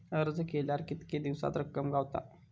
अर्ज केल्यार कीतके दिवसात रक्कम गावता?